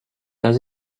does